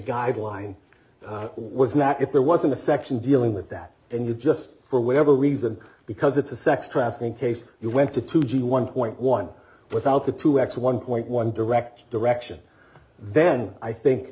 guideline was not if there wasn't a section dealing with that and it just for whatever reason because it's a sex trafficking case you went to two g one point one without the two x one point one direct direction then i think